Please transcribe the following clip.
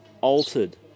altered